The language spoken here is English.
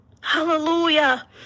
hallelujah